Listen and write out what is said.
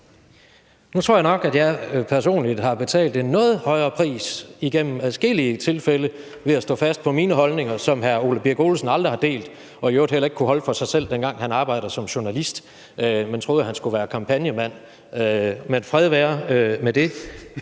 man kan sige, at jeg personligt har betalt en høj pris igennem adskillige tilfælde ved at stå fast på mine holdninger, som hr. Ole Birk Olesen aldrig har delt. Og i øvrigt kunne han heller ikke holde sine holdninger for sig selv, dengang han arbejdede som journalist, men troede han skulle være kampagnemand – men fred være med det.